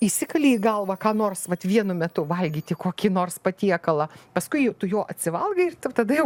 įsikalei į galvą ką nors vat vienu metu valgyti kokį nors patiekalą paskui jau tu jo atsivalgai tik tada jau